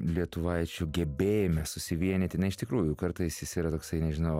lietuvaičių gebėjime susivienyti na iš tikrųjų kartais jis yra toksai nežinau